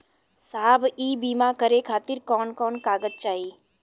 साहब इ बीमा करें खातिर कवन कवन कागज चाही?